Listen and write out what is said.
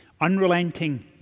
unrelenting